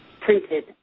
printed